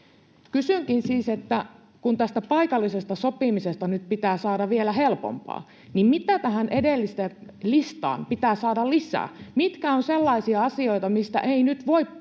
Kysynkin siis, että kun tästä paikallisesta sopimisesta nyt pitää saada vielä helpompaa, niin mitä tähän edelliseen listaan pitää saada lisää? Mitkä ovat sellaisia asioita, mistä ei nyt voi sopia